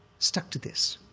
stuck to this,